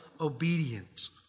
obedience